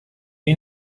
you